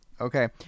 Okay